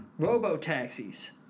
Robotaxis